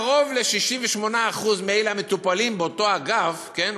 קרוב ל-68% מאלה המטופלים באותו אגף, כן?